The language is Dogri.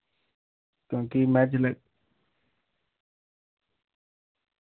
क्यूंकि में जिल्लै